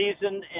season